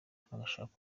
agashaka